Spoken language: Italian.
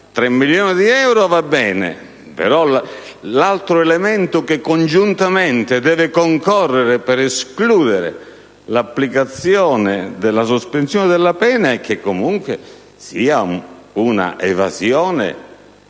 milioni di euro, oltre ad un altro elemento che congiuntamente deve concorrere per escludere l'applicazione della sospensione della pena e cioè che comunque l'evasione